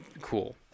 cool